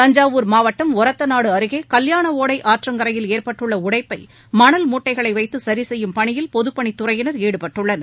தஞ்சாவூர் மாவட்டம் ஒரத்த நாடு அருகே கல்யாண ஒடை ஆற்றங்கரையில் ஏற்பட்டுள்ள உடைப்பை மணல் மூட்டைகளை வைத்து சீசரி செய்யும் பனியில் பொதுப்பனித்துறையினர் ஈடுபட்டுள்ளனர்